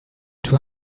too